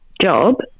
job